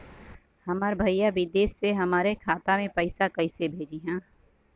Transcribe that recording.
हमार भईया विदेश से हमारे खाता में पैसा कैसे भेजिह्न्न?